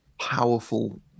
powerful